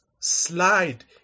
slide